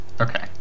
Okay